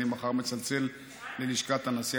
אני מחר מצלצל ללשכת הנשיא.